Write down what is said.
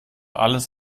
alles